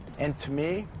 and to me,